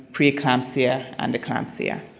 preeclampsia, and eclampsia.